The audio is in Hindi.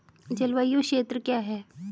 जलवायु क्षेत्र क्या है?